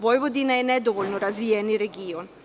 Vojvodina je nedovoljno razvijen region.